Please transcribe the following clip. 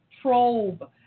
Probe